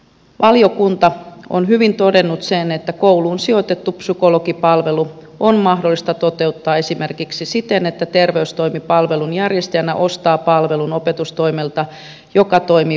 valiokunta on hyvin todennut sen että kouluun sijoitettu psykologipalvelu on mahdollista toteuttaa esimerkiksi siten että terveystoimi palvelun järjestäjänä ostaa palvelun opetustoimelta joka toimii palvelun tuottajana